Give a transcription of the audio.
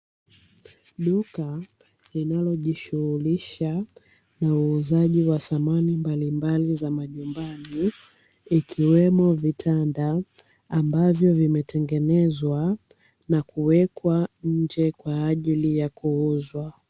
Duka linalojishughulisha na uzaji wa samani mbalimbali vya majumbani ikiwemo vitanda, ambavyo vimetengenezwa na kuwekwa nje kwa ajili ya kuuzwa.